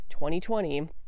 2020